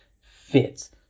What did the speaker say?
fits